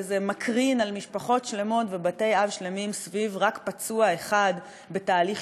זה מקרין על משפחות שלמות ובתי אב שלמים סביב פצוע אחד בלבד,